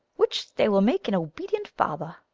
which they will make an obedient father.